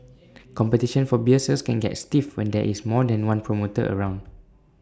competition for beer sales can get stiff when there is more than one promoter around